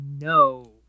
No